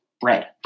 bread